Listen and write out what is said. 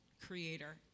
Creator